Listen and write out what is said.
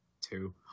two